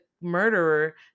murderer